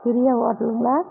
பிரியா ஹோட்டலுங்களா